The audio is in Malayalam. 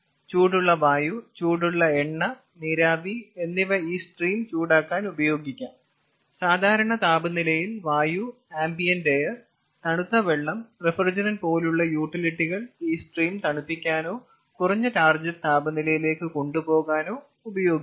ചൂടുള്ള വായു ചൂടുള്ള എണ്ണ നീരാവി എന്നിവ ഈ സ്ട്രീം ചൂടാക്കാൻ ഉപയോഗിക്കാം സാധാരണ താപനിലയിൽ വായു ആംബിയന്റ് എയർ തണുത്ത വെള്ളം റഫ്രിജറന്റ് പോലുള്ള യൂട്ടിലിറ്റികൾ ഈ സ്ട്രീം തണുപ്പിക്കാനോ കുറഞ്ഞ ടാർഗെറ്റ് താപനിലയിലേക്ക് കൊണ്ട് പോകാനോ ഉപയോഗിക്കാം